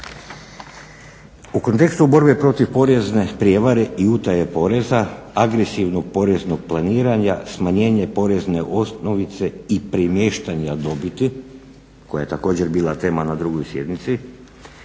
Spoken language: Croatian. U kontekstu borbe protiv porezne prijevare i utaje poreza, agresivnog poreznog planiranja, smanjenje porezne osnovice i premještanja dobiti koja je također bila tema na drugoj sjednici